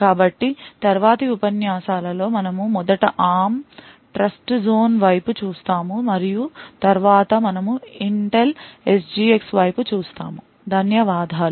కాబట్టి తరువాతి ఉపన్యాసాలలో మనము మొదట ARM ట్రస్ట్జోన్ వైపు చూస్తాము మరియు తరువాత మనము ఇంటెల్ SGX వైపు చూస్తాము ధన్యవాదాలు